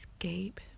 escape